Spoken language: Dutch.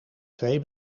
twee